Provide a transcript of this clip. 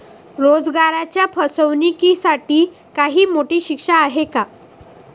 रोजगाराच्या फसवणुकीसाठी काही मोठी शिक्षा आहे का?